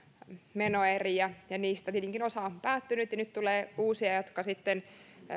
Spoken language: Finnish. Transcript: menoeriä ja niistä tietenkin osa on päättynyt nyt tulee uusia jotka sitten